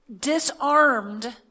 disarmed